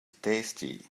tasty